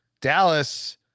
Dallas